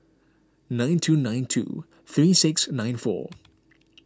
nine two nine two three six nine four